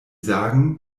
sagen